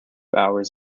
hours